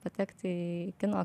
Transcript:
patekti į kino